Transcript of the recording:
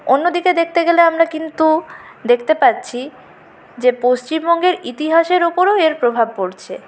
অন্যদিকে দেখতে গেলে আমরা কিন্তু দেখতে পাচ্ছি যে পশ্চিমবঙ্গের ইতিহাসের উপরেও এর প্রভাব পড়ছে